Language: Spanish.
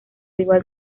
igual